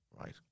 right